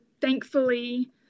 thankfully